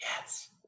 yes